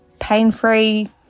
pain-free